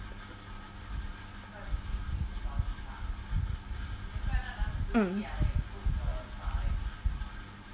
mm